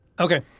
okay